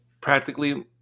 practically